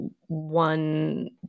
one